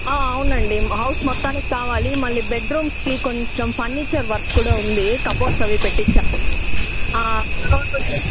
అవునండి హౌస్ మొత్తానికి మళ్ళీ బెడ్ రూమ్స్కి కొంచెం ఫర్నీచర్ వర్క్ కూడా ఉంది కప్బోర్డ్స్ అవి పెట్టించాలి ఫ్లోర్ కొంచెం